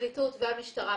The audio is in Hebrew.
הפרקליטות והמשטרה,